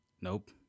nope